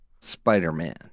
Spider-Man